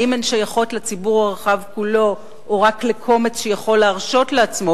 האם הן שייכות לציבור הרחב כולו או רק לקומץ שיכול להרשות לעצמו